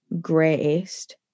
greatest